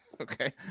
Okay